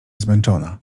zmęczona